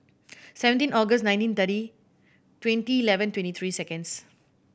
seventeen August nineteen thirty twenty eleven twenty three seconds